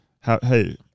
Hey